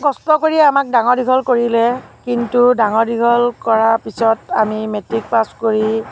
কষ্ট কৰিয়েই আমাক ডাঙৰ দীঘল কৰিলে কিন্তু ডাঙৰ দীঘল কৰাৰ পিছত আমি মেট্ৰিক পাছ কৰি